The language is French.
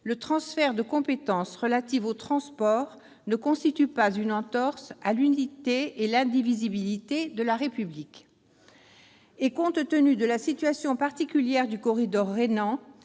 le transfert de compétences relatives au transport ne constitue pas une entorse à l'unité et à l'indivisibilité de la République. Compte tenu de la situation particulière du corridor rhénan,